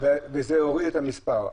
וזה הוריד את המספר.